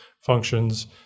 functions